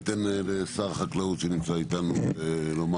אני אתן לשר החקלאות שנמצא איתנו לומר